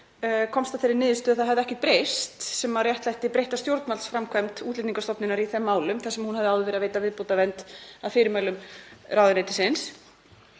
komst að þeirri niðurstöðu að það hefði ekkert breyst sem réttlætti breytta stjórnvaldsframkvæmd Útlendingastofnunar í þeim málum, þar sem hún hafði áður verið að veita viðbótarvernd að fyrirmælum ráðuneytisins.